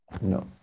No